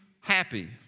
happy